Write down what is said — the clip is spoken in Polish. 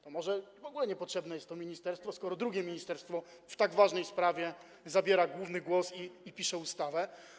To może w ogóle niepotrzebne jest to ministerstwo, skoro drugie ministerstwo w tak ważnej sprawie ma najważniejszy głos i pisze tę ustawę.